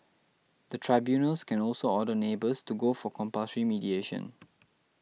the tribunals can also order neighbours to go for compulsory mediation